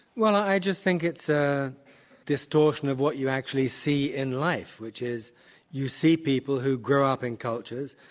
well, i just think it's a distortion of what you actually see in life, which is you see people who grow up in cultures.